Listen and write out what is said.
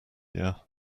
year